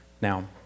Now